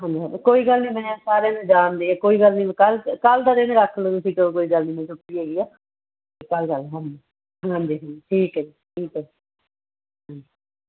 ਹਾਂਜੀ ਹਾਂ ਕੋਈ ਗੱਲ ਨਹੀਂ ਮੈਂ ਸਾਰਿਆਂ ਨੂੰ ਜਾਣਦੀ ਹਾਂ ਕੋਈ ਗੱਲ ਨਹੀਂ ਕੱਲ ਕੱਲ੍ਹ ਦਾ ਦਿਨ ਰੱਖ ਲਓ ਤੁਸੀਂ ਚਲੋ ਕੋਈ ਗੱਲ ਨਹੀਂ ਮੈਨੂੰ ਛੁੱਟੀ ਹੈਗੀ ਆ ਤਾਂ ਚਲ ਜਾਂਗੇ ਹਾਂਜੀ ਹਾਂਜੀ ਠੀਕ ਹੈ ਜੀ ਠੀਕ ਹੈ ਹਾਂਜੀ